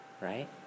right